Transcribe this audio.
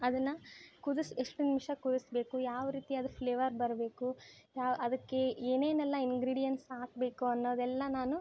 ಅದನ್ನು ಕುದಿಸಿ ಎಷ್ಟು ನಿಮಿಷ ಕುದಿಸಬೇಕು ಯಾವ ರೀತಿ ಅದು ಫ್ಲೇವರ್ ಬರಬೇಕು ಯಾ ಅದಕ್ಕೆ ಏನೇನೆಲ್ಲ ಇನ್ಗ್ರೀಡಿಯನ್ಸ್ ಹಾಕಬೇಕು ಅನ್ನೋದೆಲ್ಲ ನಾನು